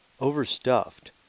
overstuffed